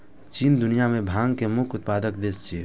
चीन दुनिया मे भांग के मुख्य उत्पादक देश छियै